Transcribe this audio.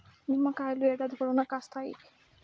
నిమ్మకాయలు ఏడాది పొడవునా కాస్తాయి